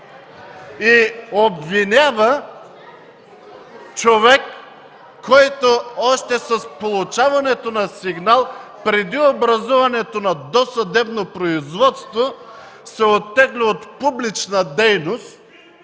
и обвинява човек, който още с получаването на сигнал, преди образуването на досъдебно производство, се оттегля от публична дейност,